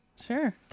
Sure